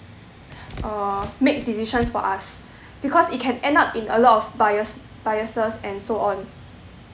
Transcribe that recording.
uh make decisions for us because it can end up in a lot of bias biases and so on